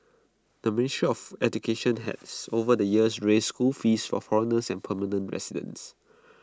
the ministry of education has over the years raised school fees for foreigners and permanent residents